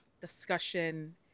discussion